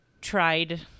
tried